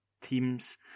teams